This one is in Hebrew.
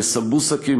לסמבוסקים,